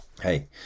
hey